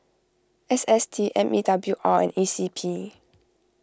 S S T M E W R and E C P